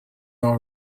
all